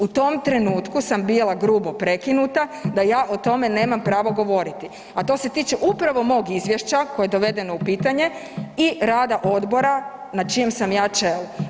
U tom trenutku sam bila grubo prekinuta da ja o tome nemam pravo govoriti, a to se tiče upravo mog Izvješća koje je dovedeno u pitanje i rada Odbora na čijem sam ja čelu.